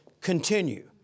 continue